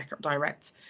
direct